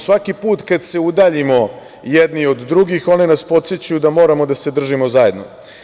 Svaki put kada se udaljimo jedni od drugih one nas podsećaju da moramo da se držimo zajedno.